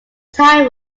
tie